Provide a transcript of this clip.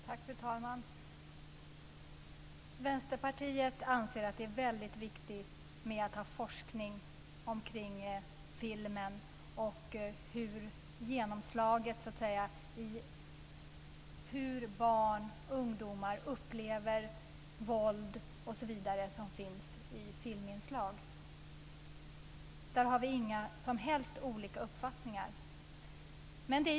Fru talman! Vänsterpartiet anser att det är väldigt viktigt att man forskar omkring filmen och hur barn och ungdomar upplever våld osv. som finns i filminslag. Där har vi inte alls olika uppfattningar.